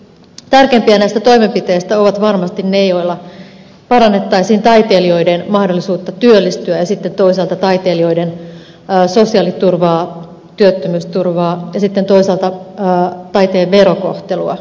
tärkeimpiä näistä toimenpiteistä ovat varmasti ne joilla parannettaisiin taiteilijoiden mahdollisuutta työllistyä ja sitten toisaalta taiteilijoiden sosiaaliturvaa työttömyysturvaa ja toisaalta myös taiteen verokohtelua